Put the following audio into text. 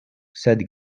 sed